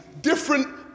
different